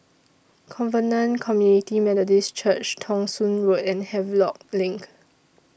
Covenant Community Methodist Church Thong Soon Road and Havelock LINK